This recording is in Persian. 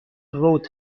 رود